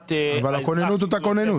ברמת --- אבל הכוננות היא אותה כוננות.